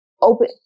open